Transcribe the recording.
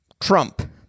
Trump